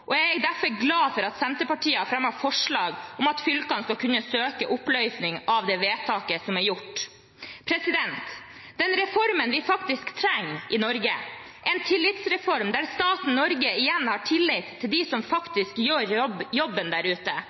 Jeg er derfor glad for at Senterpartiet har fremmet forslag om at fylkene skal kunne søke om å få omgjort det vedtaket som er fattet. Den reformen vi faktisk trenger i Norge, er en tillitsreform, der staten Norge igjen har tillit til dem som faktisk gjør jobben der ute,